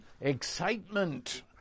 excitement